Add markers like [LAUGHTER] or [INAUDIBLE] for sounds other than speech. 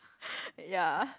[LAUGHS] ya